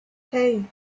hei